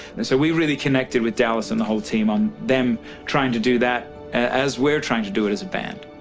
and so we really connected with dallas and the whole team on them trying to do that as we're trying to do it as a band.